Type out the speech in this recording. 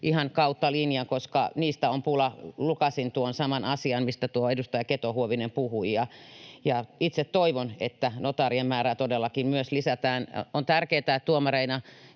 ihan kautta linjan, koska niistä on pulaa. Lukaisin tuon saman asian, mistä edustaja Keto-Huovinen puhui, ja itse toivon, että notaarien määrää todellakin myös lisätään. On tärkeätä, että tuomareina,